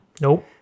Nope